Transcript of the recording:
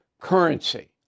currency